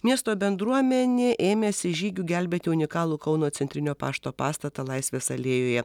miesto bendruomenė ėmėsi žygių gelbėti unikalų kauno centrinio pašto pastatą laisvės alėjoje